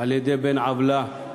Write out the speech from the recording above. על-ידי בן-עוולה,